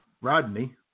Rodney